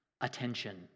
attention